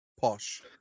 Posh